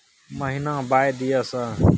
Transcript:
महीना बाय दिय सर?